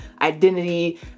identity